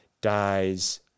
dies